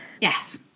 Yes